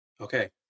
Okay